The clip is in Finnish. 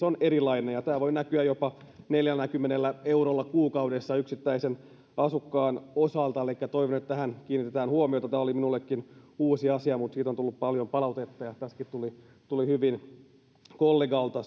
on erilainen ja tämä voi näkyä jopa neljälläkymmenellä eurolla kuukaudessa yksittäisen asukkaan osalta elikkä toivon että tähän kiinnitetään huomiota tämä oli minullekin uusi asia mutta siitä on tullut paljon palautetta ja tässäkin tuli tuli hyvin kollegalta